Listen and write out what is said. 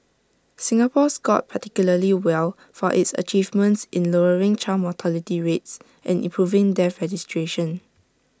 Singapore scored particularly well for its achievements in lowering child mortality rates and improving death registration